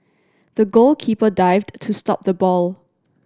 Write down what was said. the goalkeeper dived to stop the ball